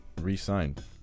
re-signed